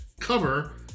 Cover